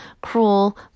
cruel